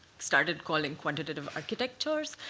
started calling quantitative architectures,